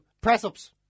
Press-ups